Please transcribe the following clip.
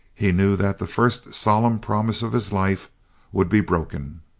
he knew that the first solemn promise of his life would be broken.